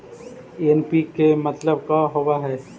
NPK मतलब का होव हइ?